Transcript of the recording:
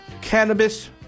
Cannabis